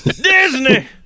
Disney